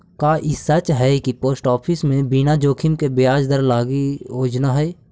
का ई सच हई कि पोस्ट ऑफिस में बिना जोखिम के ब्याज दर लागी योजना हई?